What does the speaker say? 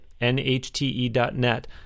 nhte.net